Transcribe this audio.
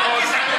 תוריד עוד,